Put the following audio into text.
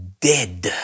dead